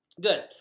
Good